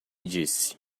disse